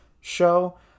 show